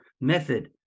method